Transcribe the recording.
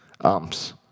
umps